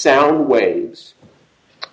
sound waves